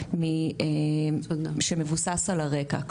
דווקא שמבוסס על הרקע.